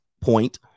point